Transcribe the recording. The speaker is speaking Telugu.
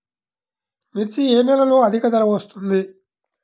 మిర్చి ఏ నెలలో అధిక ధర వస్తుంది?